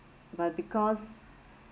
but because